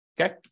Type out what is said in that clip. okay